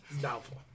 Doubtful